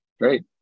great